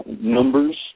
Numbers